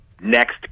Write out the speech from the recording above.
next